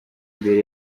imbere